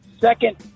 second